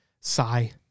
Sigh